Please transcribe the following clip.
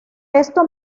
esto